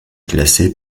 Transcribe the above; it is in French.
classé